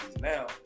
now